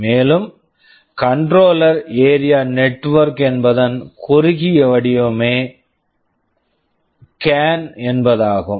மேலும் controller area network Controller Area Network என்பதன் குறுகிய வடிவமே கேன் CAN ஆகும்